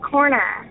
Corner